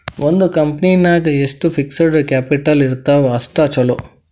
ಒಂದ್ ಕಂಪನಿ ನಾಗ್ ಎಷ್ಟ್ ಫಿಕ್ಸಡ್ ಕ್ಯಾಪಿಟಲ್ ಇರ್ತಾವ್ ಅಷ್ಟ ಛಲೋ